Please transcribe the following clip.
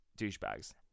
douchebags